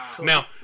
Now